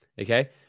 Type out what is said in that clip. okay